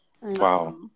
Wow